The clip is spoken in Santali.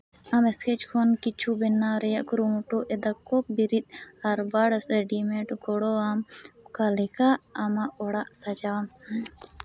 ᱟᱢ ᱮᱥᱠᱮᱪ ᱠᱷᱚᱱ ᱠᱤᱪᱷᱩ ᱵᱮᱱᱟᱣ ᱨᱮᱭᱟᱜ ᱠᱩᱨᱩᱢᱩᱴᱩ ᱮᱫᱟ ᱠᱚ ᱵᱤᱨᱤᱫ ᱟᱨ ᱵᱟᱲ ᱨᱮᱰᱤᱢᱮᱴ ᱜᱚᱲᱚ ᱟᱱ ᱚᱠᱟ ᱞᱮᱠᱟ ᱟᱢᱟᱜ ᱚᱲᱟᱜ ᱥᱟᱡᱟᱣ